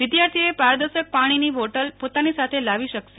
વિદ્યાથીઓએ પારદર્શક પાણીની બોટલ પોતાની સાથે લાવી શકશે